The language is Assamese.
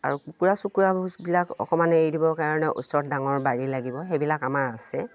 আৰু কুকুৰা চুকুৰা ভোজবিলাক অকণমান এৰি দিবৰ কাৰণে ওচৰত ডাঙৰ বাৰী লাগিব সেইবিলাক আমাৰ আছে